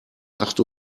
acht